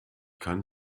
kann